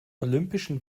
olympischen